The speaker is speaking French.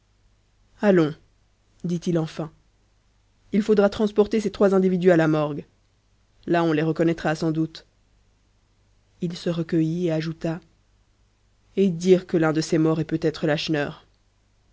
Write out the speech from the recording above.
allons dit-il enfin il faudra transporter ces trois individus à la morgue là on les reconnaîtra sans doute il se recueillit et ajouta et dire que l'un de ces morts est peut-être